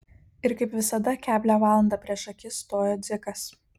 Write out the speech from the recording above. ir kaip visada keblią valandą prieš akis stojo dzikas